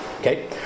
Okay